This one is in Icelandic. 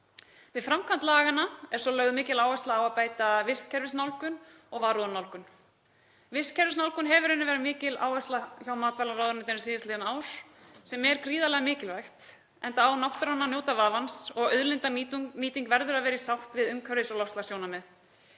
Við framkvæmd laganna er svo lögð mikil áhersla á að bæta vistkerfisnálgun og varúðarnálgun. Vistkerfisnálgun hefur í rauninni verið mikil áhersla hjá matvælaráðuneytinu síðastliðin ár sem er gríðarlega mikilvægt, enda á náttúran að njóta vafans og auðlindanýting verður að vera í sátt við umhverfis- og loftslagssjónarmið.